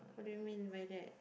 what do you mean by that